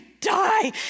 die